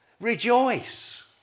rejoice